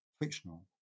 fictional